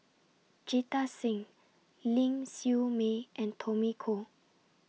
Jita Singh Ling Siew May and Tommy Koh